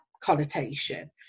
connotation